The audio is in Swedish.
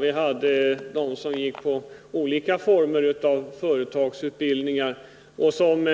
Vi hade dem som gick i olika former av företagsutbildning och som